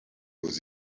aux